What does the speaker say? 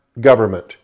government